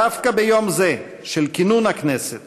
דווקא ביום זה של כינון הכנסת